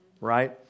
right